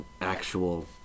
actual